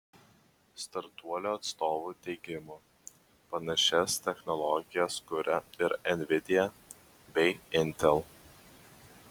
startuolio atstovų teigimu panašias technologijas kuria ir nvidia bei intel